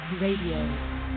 Radio